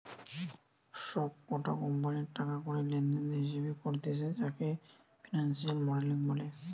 সব কটা কোম্পানির টাকা কড়ি লেনদেনের হিসেবে করতিছে যাকে ফিনান্সিয়াল মডেলিং বলে